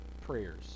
prayers